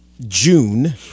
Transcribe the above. june